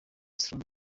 stormy